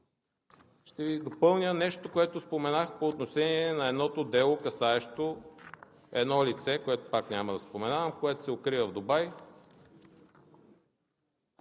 ще Ви допълня нещо, което споменах по отношение на едното дело, касаещо едно лице, което пак няма да споменавам, което се укрива в Дубай.